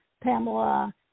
Pamela